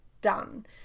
done